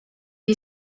you